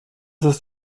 ist